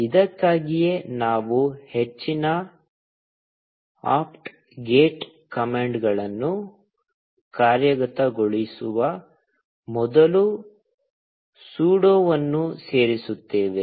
ಇದಕ್ಕಾಗಿಯೇ ನಾವು ಹೆಚ್ಚಿನ ಆಪ್ಟ್ ಗೆಟ್ ಕಮಾಂಡ್ಗಳನ್ನು ಕಾರ್ಯಗತಗೊಳಿಸುವ ಮೊದಲು ಸುಡೋವನ್ನು ಸೇರಿಸುತ್ತೇವೆ